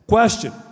Question